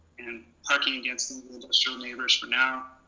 and parking against some of the industrial neighbors for now,